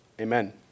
Amen